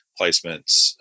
placements